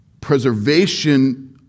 preservation